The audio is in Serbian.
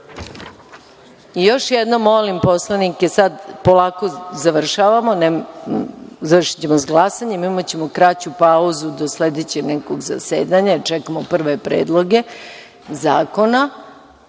jednom molim poslanike, polako završavamo, završićemo sa glasanjem, imaćemo kraću pauzu do sledećeg nekog zasedanja, čekamo prve predloge zakona,